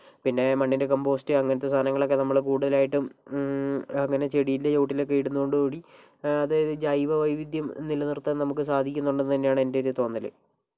പിന്നെ മണ്ണിര കമ്പോസ്റ്റ് അങ്ങനത്തെ സാധനങ്ങളൊക്കെ നമ്മൾ കൂടുതലായിട്ടും അങ്ങനെ ചെടീൻറ്റെ ചുവട്ടിലൊക്കെ ഇടുന്നതോടു കൂടി അതായത് ജൈവ വൈവിധ്യം നിലനിർത്താൻ നമുക്ക് സാധിക്കുന്നുണ്ടെന്നു തന്നെയാണ് എൻറെ ഒരു തോന്നൽ